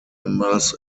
members